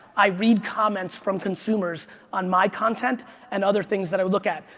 i read comments from consumers on my content and other things that i look at.